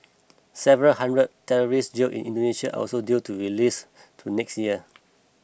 several hundred terrorists jailed in Indonesia also due to be released to next year